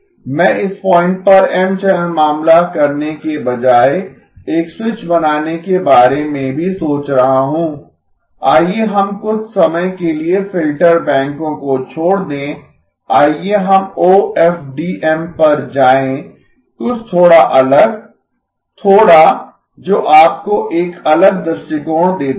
मैं इस पॉइंट पर M चैनल मामला करने के बजाय एक स्विच बनाने के बारे में भी सोच रहा हूं आइए हम कुछ समय के लिए फिल्टर बैंकों को छोड़ दें आइए हम ओएफडीएम पर जाएं कुछ थोड़ा अलग थोड़ा जो आपको एक अलग दृष्टिकोण देता है